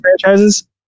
franchises